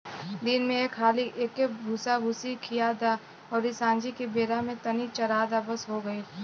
दिन में एक हाली एके भूसाभूसी खिया द अउरी सांझी के बेरा में तनी चरा द बस हो गईल